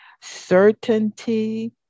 certainty